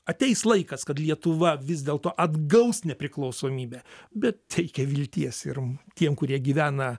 ateis laikas kad lietuva vis dėlto atgaus nepriklausomybę bet teikia vilties ir tiem kurie gyvena